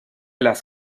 las